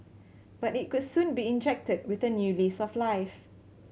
but it could soon be injected with a new lease of life